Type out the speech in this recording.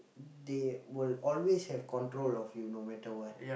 they will always have control of you no matter what